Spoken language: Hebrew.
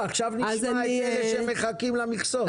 עכשיו נשמע את אלה שמחכים למכסות,